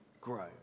grow